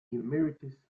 emeritus